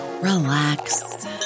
relax